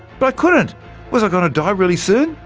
but i couldn't was i going to die really soon?